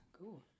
Cool